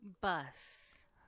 bus